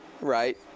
right